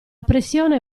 pressione